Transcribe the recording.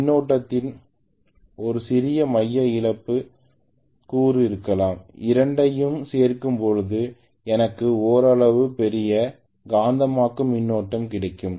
மின்னோட்டத்தின் ஒரு சிறிய மைய இழப்பு கூறு இருக்கலாம் இரண்டையும் சேர்க்கும்போது எனக்கு ஓரளவு பெரிய காந்தமாக்கும் மின்னோட்டம் கிடைக்கும்